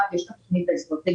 יש את התוכנית האסטרטגית,